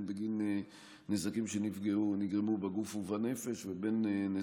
בין בגין נזקים שגרמו בגוף ובנפש ובין בגין